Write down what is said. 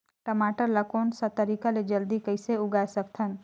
टमाटर ला कोन सा तरीका ले जल्दी कइसे उगाय सकथन?